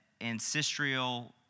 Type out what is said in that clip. ancestral